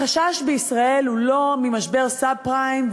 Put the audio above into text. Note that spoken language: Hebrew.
החשש בישראל הוא לא ממשבר סאב-פריים,